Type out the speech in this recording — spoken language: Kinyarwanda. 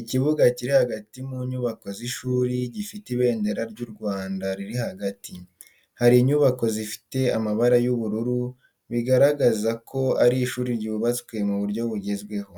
Ikibuga kiri hagati mu nyubako z’ishuri, gifite ibendera ry’u Rwanda riri hagati. Hari inyubako zifite amabati y’ubururu, bigaragaza ko ari ishuri ryubatswe mu buryo bugezweho.